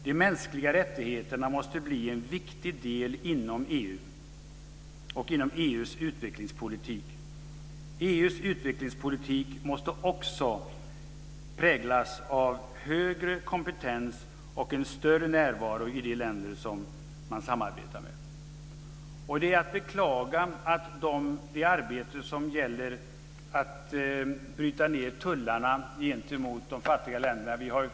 De mänskliga rättigheterna måste bli en viktig del inom EU och inom EU:s utvecklingspolitik. EU:s utvecklingspolitik måste också präglas av högre kompetens och en större närvaro i de länder som man samarbetar med. Det är att beklaga att det arbete som gäller att bryta ned tullarna gentemot de fattiga länderna tar så lång tid.